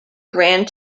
grand